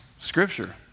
scripture